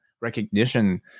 recognition